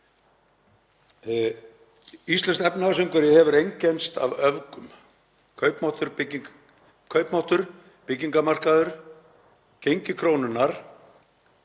Íslenskt efnahagsumhverfi hefur einkennst af öfgum. Kaupmáttur, byggingamarkaður, gengi krónunnar,